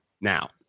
Now